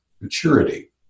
Maturity